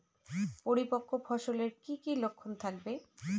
পরিপক্ক ফসলের কি কি লক্ষণ থাকবে?